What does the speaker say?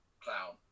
clown